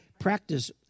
practice